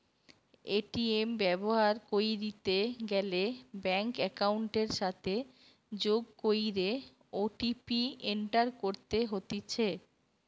ATM ব্যবহার কইরিতে গ্যালে ব্যাঙ্ক একাউন্টের সাথে যোগ কইরে ও.টি.পি এন্টার করতে হতিছে